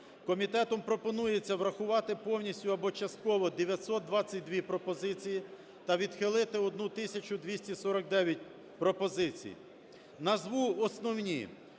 Комітетом пропонується врахувати повністю або частково 922 пропозиції та відхилити 1 тисячу 249 пропозицій. Назву основні.